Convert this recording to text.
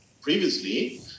previously